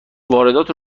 واردات